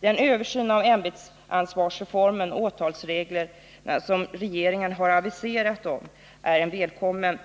Den översyn av ämbetsansvarsreformen och åtalsreglerna som regeringen har Nr 50 aviserat är välkommen.